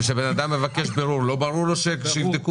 וכשאדם מבקש בירור לא ברור לו שיבדקו?